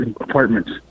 Apartments